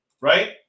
right